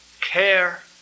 care